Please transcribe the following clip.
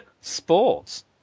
sports